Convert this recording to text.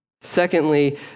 Secondly